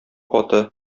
каты